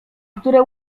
które